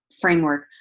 framework